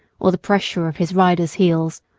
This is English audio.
or the pressure of his rider's heels,